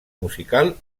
musical